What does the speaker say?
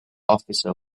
officer